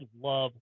love